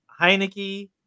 Heineke